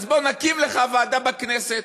אז בוא נקים לך ועדה בכנסת.